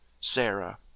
Sarah